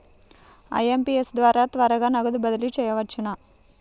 IMPS ద్వారా త్వరగా నగదు బదిలీ చేయవచ్చునా?